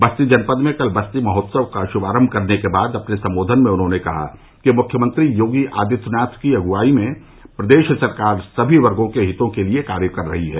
बस्ती जनपद में कल बस्ती महोत्सव का शुभारम्म करने के बाद अपने सम्बोधन में उन्होंने कहा कि मुख्यमंत्री योगी आदित्यनाथ की अगुवाई में प्रदेश सरकार समी वर्गो के हितो के लिए कार्य कर रही है